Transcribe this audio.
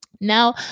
now